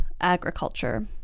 agriculture